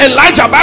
Elijah